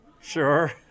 Sure